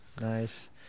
nice